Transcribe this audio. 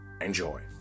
Enjoy